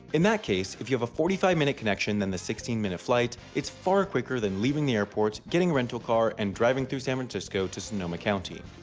in that case, if you have a forty five minute connection then the sixteen minute flight, it's far quicker than leaving the airport, getting a rental car, and driving through san francisco to sonoma county.